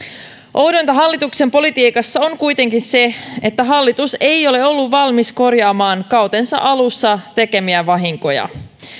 oudointa hallituksen politiikassa on kuitenkin se että hallitus ei ole ollut valmis korjaamaan kautensa alussa tekemiään vahinkoja